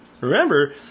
Remember